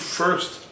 first